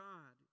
God